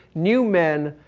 new men,